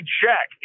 check